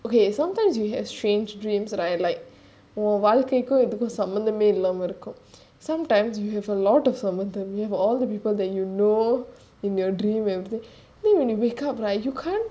okay sometimes you have strange dreams that are like வாழ்க்கைக்கும்இதுக்கும்சம்மந்தமேஇல்லாமஇருக்கும்:valkaikum idhukum sammanthame illama irukum sometimes you have a lot of some of them you have all the people that you know in your dream every then when you wake up right you can't